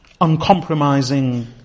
uncompromising